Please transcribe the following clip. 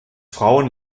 frauen